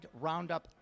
roundup